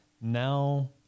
now